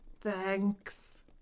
Thanks